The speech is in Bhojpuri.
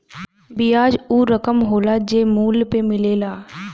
बियाज ऊ रकम होला जे मूल पे मिलेला